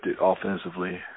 offensively